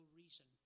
reason